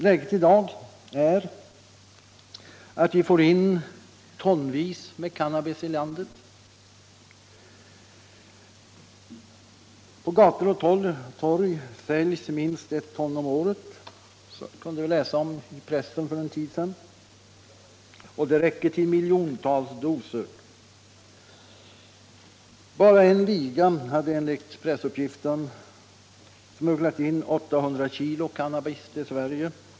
Läget i dag är att vi får in tonvis med cannabis i landet. På gator och torg säljs minst ett ton om året, kunde vi läsa i pressen för en tid sedan. Det räcker till miljontals doser. Bara en liga hade enligt pressuppgiften smugglat in 800 kg cannabis till Sverige.